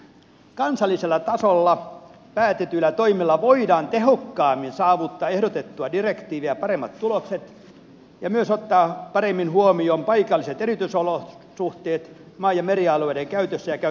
kansallisella tasolla päätetyillä toimilla voidaan tehokkaammin saavuttaa ehdotettua direktiiviä paremmat tulokset ja myös ottaa paremmin huomioon paikalliset erityisolosuhteet maa ja merialueiden käytössä ja käytön suunnittelussa